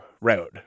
road